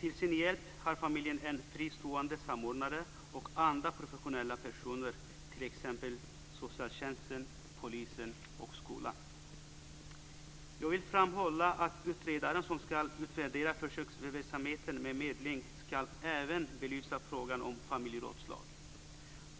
Till sin hjälp har familjen en fristående samordnare och andra professionella personer, t.ex. socialtjänsten, polisen och skolan. Jag vill framhålla att utredaren som skall utvärdera försöksverksamheten med medling även skall belysa frågan om familjerådslag.